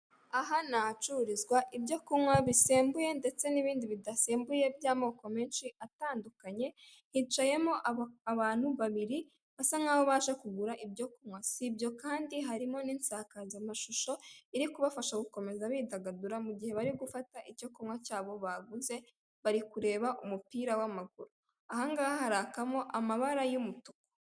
Aha ni ahacururizwa ibyo kunywa bisembuye ndetse n'ibindi bidasembuye by'amako menshi atandukanye, hicayemo abantu babiri basa nkaho baje kugura ibyo kunywa, si ibyo kandi harimo n'insakazamashusho iri kubafasha gukomeza bidagadura mu gihe bari gufata icyo kunywa cyabo baguze, bari kureba umupira w'amaguru. Aha ngaha harakamo amabara y'umutuku.